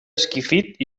esquifit